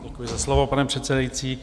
Děkuji za slovo, pane předsedající.